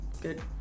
Good